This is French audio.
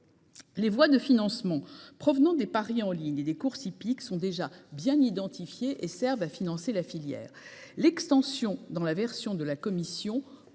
Les voies de financement provenant des paris en ligne et des courses hippiques sont déjà bien identifiés et serve à financer la filière l'extension dans la version de la commission